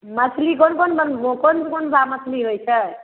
मछली कोन कोन कोन कोन भा मछली होइ छै